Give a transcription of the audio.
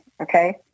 okay